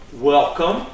welcome